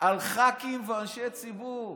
על ח"כים ואנשי ציבור.